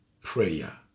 prayer